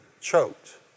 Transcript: choked